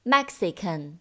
Mexican